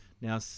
now